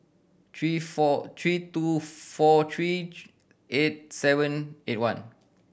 three four three two four three eight one